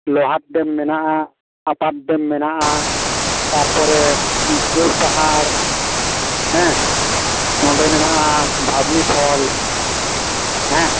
ᱞᱳᱦᱟᱨ ᱰᱮᱹᱢ ᱢᱮᱱᱟᱜᱼᱟ ᱟᱯᱟᱨ ᱰᱮᱹᱢ ᱢᱮᱱᱟᱜᱼᱟ ᱛᱟᱨ ᱯᱚᱨᱮ ᱯᱟᱦᱟᱲ ᱦᱮᱸ ᱱᱚᱰᱮ ᱢᱮᱱᱟᱜᱼᱟ ᱵᱷᱟᱵᱱᱤ ᱯᱷᱚᱞᱥ ᱦᱮᱸ